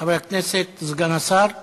חבר הכנסת סגן השר כהן.